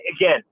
again